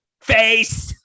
face